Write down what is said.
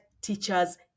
teachers